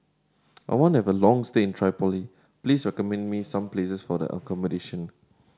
I want to have a long stay in Tripoli please recommend me some places for accommodation